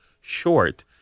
short